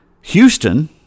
Houston